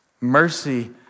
Mercy